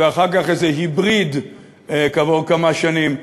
ואחר כך איזה היבריד כעבור כמה שנים: